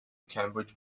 cambridge